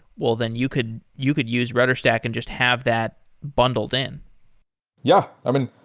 well, then you could you could use rudderstack and just have that bundled in yeah. i mean,